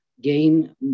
gain